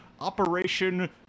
operation